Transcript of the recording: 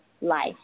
life